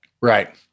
Right